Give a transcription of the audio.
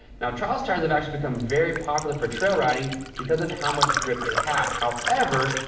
now, trials tires have actually become very popular for trail riding because of how much grip they have. however,